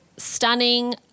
stunning